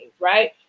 Right